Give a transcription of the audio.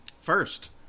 first